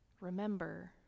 remember